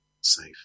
safe